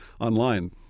online